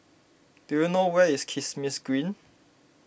do you know where is Kismis Green